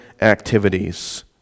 activities